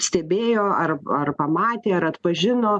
stebėjo ar ar pamatė ar atpažino